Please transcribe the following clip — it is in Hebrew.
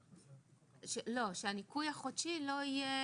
אמרנו שהניכוי החודשי להלוואות לא יהיה